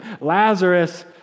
Lazarus